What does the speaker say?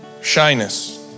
Shyness